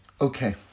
Okay